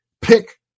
pick